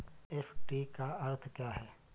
FD का अर्थ क्या है?